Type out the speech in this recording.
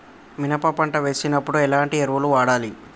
మినప పంట వేసినప్పుడు ఎలాంటి ఎరువులు వాడాలి?